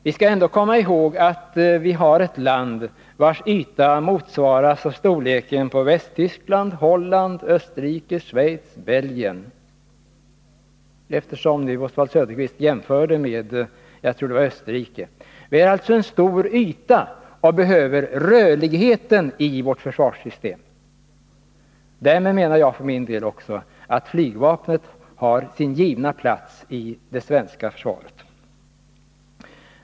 Vi skall ändå komma ihåg att vårt land har en yta motsvarande den sammanlagda storleken av Västtyskland, Holland, Österrike, Schweiz och Belgien — eftersom Oswald Söderqvist gjorde en jämförelse, jag tror det var med Österrike. Det är alltså en stor yta, som gör att det behövs rörlighet i vårt försvarssystem. Därmed menar jag för min del att flygvapnet har sin givna plats i det svenska försvaret.